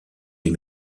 des